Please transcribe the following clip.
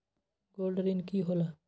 Gold ऋण की होला?